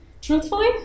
Truthfully